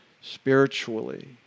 spiritually